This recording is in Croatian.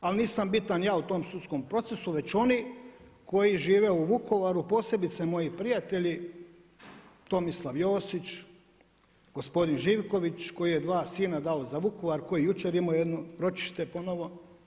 Ali nisam bitan ja u tom sudskom procesu, već oni koji žive u Vukovaru, posebice moji prijatelji Tomislav Josić, gospodin Živković koji je dao dva sina za Vukovar, koji je jučer imao jedno ročište ponovo.